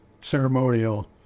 ceremonial